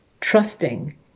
trusting